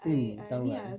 mm 当然